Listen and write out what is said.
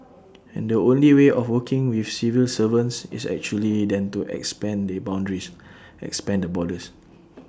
and the only way of working with civil servants is actually then to expand the boundaries expand the borders